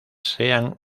sean